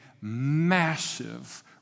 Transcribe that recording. massive